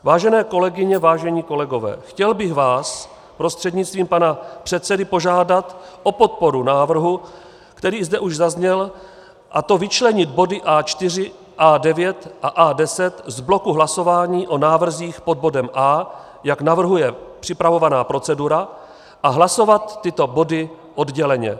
Vážené kolegyně, vážení kolegové, chtěl bych vás prostřednictvím pana předsedy požádat o podporu návrhu, který zde už zazněl, a to vyčlenit body A4, A9 a A10 z bloku hlasování o návrzích pod bodem A, jak navrhuje připravovaná procedura, a hlasovat tyto body odděleně.